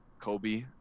Kobe